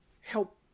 help